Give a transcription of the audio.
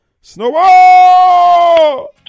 Snowball